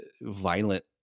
violent